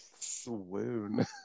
Swoon